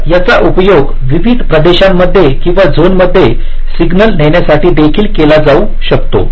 तर याचा उपयोग विविध प्रदेशांमध्ये किंवा झोनमध्ये सिग्नल नेण्यासाठी देखील केला जाऊ शकतो